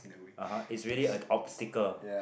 (uh huh) it's really a obstacle